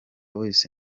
wese